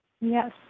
Yes